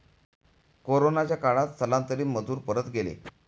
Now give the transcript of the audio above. कोरोनाच्या काळात स्थलांतरित मजूर परत गेले